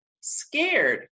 scared